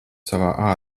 savā